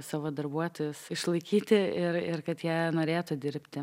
savo darbuotojus išlaikyti ir ir kad jie norėtų dirbti